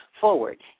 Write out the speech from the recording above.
forward